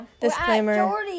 Disclaimer